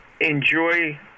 enjoy